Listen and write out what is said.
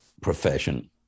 profession